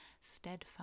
Steadfast